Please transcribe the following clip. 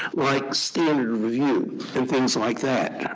like standard review and things like that.